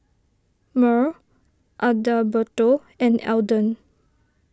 Myrl Adalberto and Alden